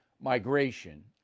Migration